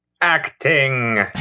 Acting